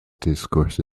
discourse